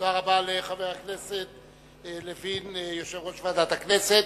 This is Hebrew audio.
תודה רבה לחבר הכנסת לוין, יושב-ראש ועדת הכנסת.